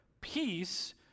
peace